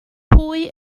pwy